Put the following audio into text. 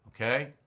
Okay